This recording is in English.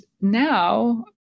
now